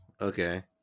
Okay